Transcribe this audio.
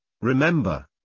Remember